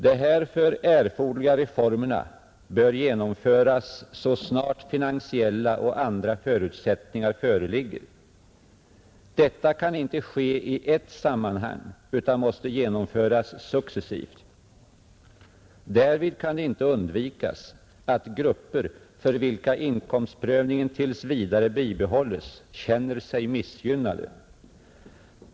De härför erforderliga reformerna bör genomföras så snart finansiella och andra förutsättningar föreligger. Detta kan icke ske i ett sammanhang utan måste genomföras successivt. Därvid kan det inte undvikas, att grupper, för vilka inkomstprövningen tills vidare bibehålles, känner sig missgynnade.